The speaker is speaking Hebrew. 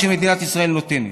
שמדינת ישראל נותנת.